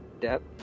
depth